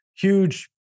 huge